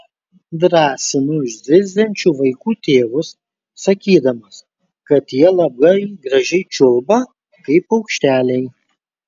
drąsinu zirziančių vaikų tėvus sakydamas kad jie labai gražiai čiulba kaip paukšteliai